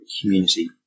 community